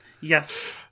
Yes